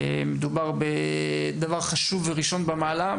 מדובר בדבר חשוב וראשון במעלה,